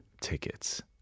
tickets